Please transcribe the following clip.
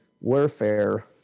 warfare